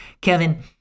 Kevin